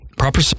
Proper